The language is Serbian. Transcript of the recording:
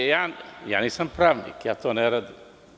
Ja nisam pravnik, ja to ne radim.